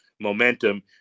momentum